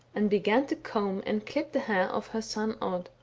and began to comb and clip the hair of her son odd.